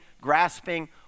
grasping